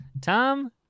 Tom